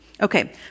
Okay